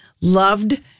loved